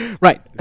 Right